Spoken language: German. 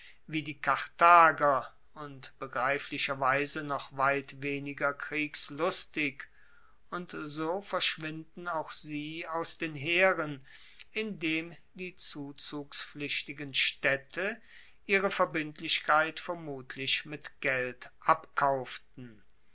wie die karthager und begreiflicherweise noch weit weniger kriegslustig und so verschwinden auch sie aus den heeren indem die zuzugspflichtigen staedte ihre verbindlichkeit vermutlich mit geld abkauften